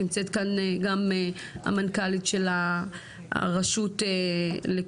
נמצאת כאן גם המנכ"לית של הרשות לקידום